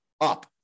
up